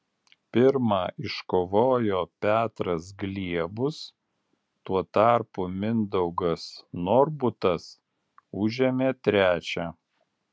pirmą iškovojo petras gliebus tuo tarpu mindaugas norbutas užėmė trečią